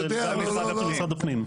זה משרד הפנים.